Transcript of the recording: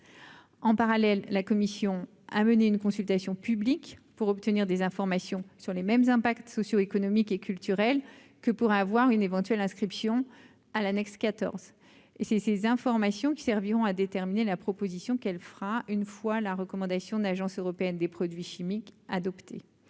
en parallèle, la commission a mené une consultation publique pour obtenir des informations sur les mêmes impacts socio- économique et culturel que pour avoir une éventuelle inscription à l'annexe 14 et ces ces informations qui serviront à déterminer la proposition qu'elle fera une fois la recommandation n'Agence européenne des produits chimiques adopté,